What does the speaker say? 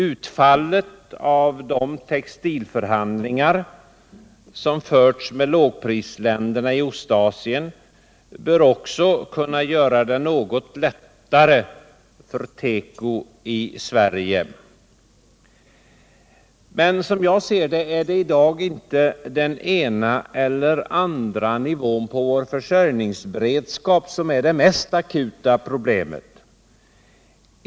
Utfallet av de textilförhandlingar som förts med lågprisländerna i Ostasien bör också göra det något lättare för teko i Sverige. Som jag ser det är emellertid inte den ena eller andra nivån på vår försörjningsberedskap i dag det mest akuta problemet.